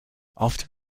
after